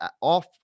off